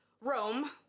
Rome